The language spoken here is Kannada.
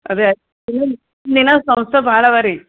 ಅದೇ ಸಂಸ್ಥೆ ಭಾಳ ಅವೆ ರೀ